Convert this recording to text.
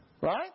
Right